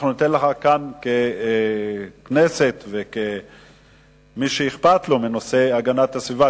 אנחנו ניתן לך כאן ככנסת וכמי שאכפת לו מנושא הגנת הסביבה,